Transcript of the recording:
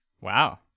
Wow